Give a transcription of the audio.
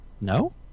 No